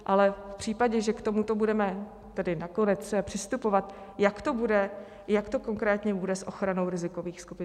Ale v případě, že k tomuto budeme tedy nakonec přistupovat, jak to konkrétně bude s ochranou rizikových skupin?